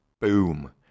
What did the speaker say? Boom